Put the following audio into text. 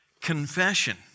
Confession